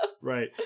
Right